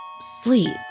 Sleep